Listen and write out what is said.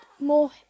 more